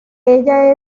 ella